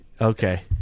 Okay